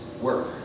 work